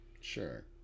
Sure